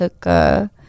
took